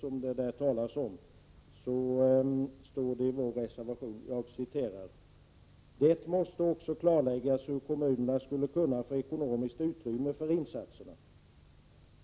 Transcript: Vi skriver i reservationen: ”Det måste också klarläggas hur kommunerna skulle kunna få ekonomiskt utrymme för insatserna.